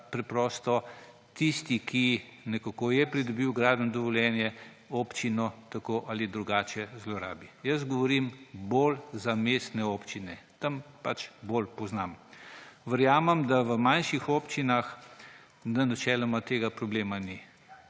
da tisti, ki je nekako pridobil gradbeno dovoljenje, preprosto občino tako ali drugače zlorabi. Jaz govorim bolj za mestne občine, tam pač bolj poznam. Verjamem, da v manjših občinah načeloma tega problema ni.